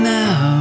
now